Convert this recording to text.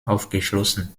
aufgeschlossen